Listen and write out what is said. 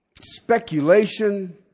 speculation